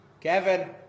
Kevin